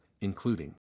including